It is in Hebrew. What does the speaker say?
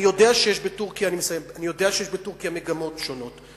אני יודע שיש בטורקיה מגמות שונות.